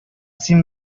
син